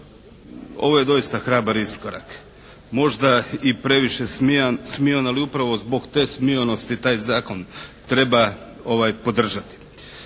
Ovo je doista hrabar iskorak, možda i previše smion ali upravo zbog te smionosti taj zakon treba podržati.